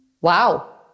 Wow